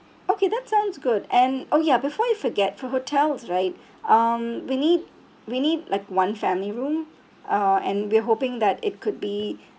okay that sounds good and oh ya before we forget for hotels right um we need we need like one family room uh and we're hoping that it could be